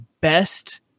best